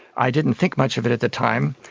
i didn't think much of it at the time,